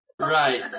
Right